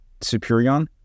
Superion